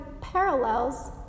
parallels